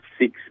six